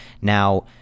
Now